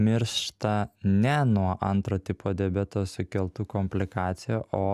miršta ne nuo antro tipo diabeto sukeltų komplikacijų o